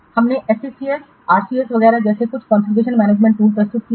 हमने SCCS RCS वगैरह जैसे कुछ कॉन्फ़िगरेशन मैनेजमेंट टूल प्रस्तुत किए हैं